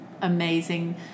amazing